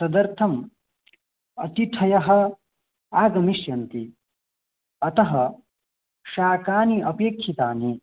तदर्थम् अतिथयः आगमिष्यन्ति अतः शाकानि अपेक्षितानि